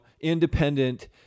independent